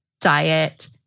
diet